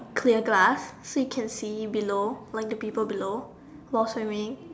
clear glass so you can see below like the people below while swimming